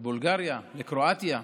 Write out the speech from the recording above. לבולגריה, לקרואטיה.